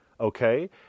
okay